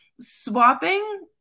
swapping